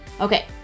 Okay